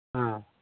ᱦᱮᱸ